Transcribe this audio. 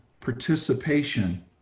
participation